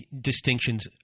distinctions